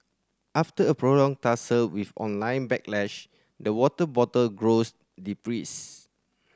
after a prolonged tussle with online backlash the water bottle grows depressed